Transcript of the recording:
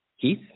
Keith